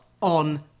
on